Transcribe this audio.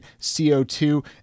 CO2